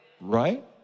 Right